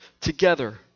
together